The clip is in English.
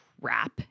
crap